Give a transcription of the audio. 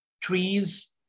Trees